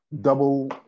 Double